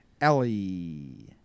Ellie